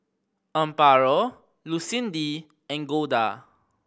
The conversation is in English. Amparo Lucindy and Golda